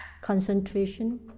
concentration